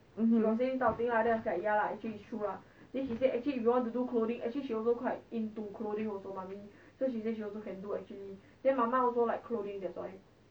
mmhmm